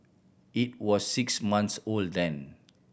it was six months old then